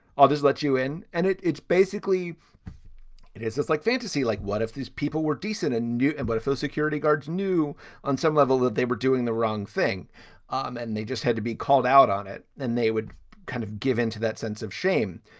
i'll just let you in. and it's basically it is just like fantasy. like, what if these people were decent and new? and what if those security guards knew on some level that they were doing the wrong thing um and they just had to be called out on it and they would kind of give in to that sense of shame.